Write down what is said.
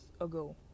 ago